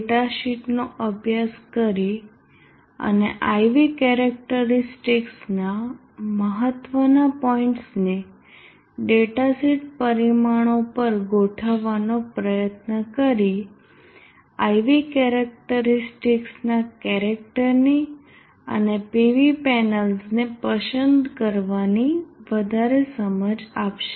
ડેટાશીટનો અભ્યાસ કરી અને IV કેરેક્ટરીસ્ટિકસના મહત્ત્વ ના પોઈન્ટ્સને ડેટાશીટ પરિમાણો પર ગોઠવવાનો પ્રયત્ન કરી IV કેરેક્ટરીસ્ટિકસના કેરેક્ટરની અને PV પેનલ્સને પસંદ કરવાની વધારે સમજ આપશે